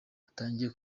atangiye